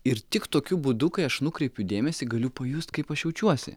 ir tik tokiu būdu kai aš nukreipiu dėmesį galiu pajust kaip aš jaučiuosi